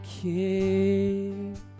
King